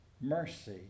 mercy